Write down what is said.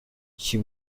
she